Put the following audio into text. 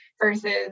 versus